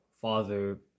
father